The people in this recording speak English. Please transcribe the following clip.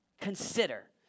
consider